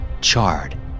charred